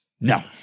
no